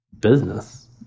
business